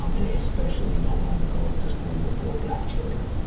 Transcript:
um and they especially don't want to go to school with poor black children.